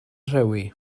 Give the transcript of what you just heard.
rhewi